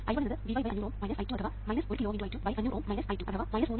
I 1 എന്നത് Vy 500Ω I 2 അഥവാ 1 കിലോΩ × I2 500Ω I2 or 3 × I2 ആണ്